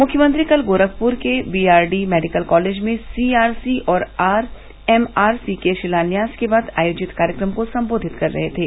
मुख्यमंत्री कल गोरखपुर के B R D medical college में सी आर सी और आर एम आर सी के षिलान्यास के बाद आयोजित कार्यक्रम को सम्बोधित कर रहे थे